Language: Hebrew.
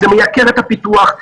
זה מייקר את הפיתוח,